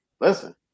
listen